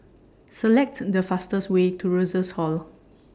Select The fastest Way to Rosas Hall